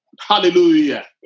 Hallelujah